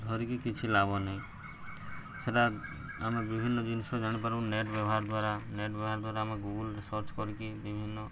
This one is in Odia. ଧରିକି କିଛି ଲାଭ ନାହିଁ ସେଟା ଆମେ ବିଭିନ୍ନ ଜିନିଷ ଜାଣିପାରୁ ନେଟ୍ ବ୍ୟବହାର ଦ୍ୱାରା ନେଟ୍ ବ୍ୟବହାର ଦ୍ୱାରା ଆମେ ଗୁଗଲ୍ରେ ସର୍ଚ୍ଚ କରିକି ବିଭିନ୍ନ